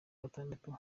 gatandatu